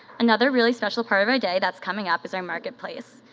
another really special part of our day that's coming up is our marketplace.